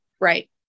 Right